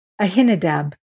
Ahinadab